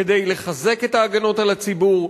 כדי לחזק את ההגנות על הציבור,